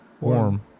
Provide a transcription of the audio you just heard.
Warm